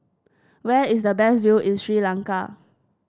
where is the best view in Sri Lanka